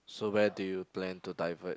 so where do you plan to divert